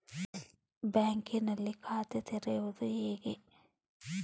ಬ್ಯಾಂಕಿನಲ್ಲಿ ಖಾತೆ ತೆರೆಯುವುದು ಹೇಗೆ?